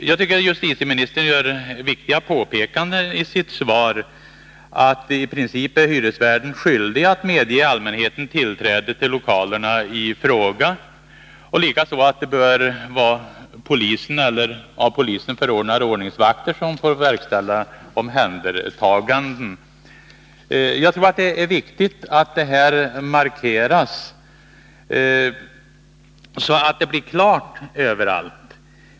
Jag tycker att justitieministern gör viktiga påpekanden i sitt svar, när han säger att hyresvärden i princip är skyldig att medge allmänheten tillträde till lokalerna i fråga och att det likaså bör vara polisen eller av polisen förordnade ordningsvakter som får verkställa omhändertaganden. Jag tror att det är viktigt att detta markeras så att det blir klart överallt.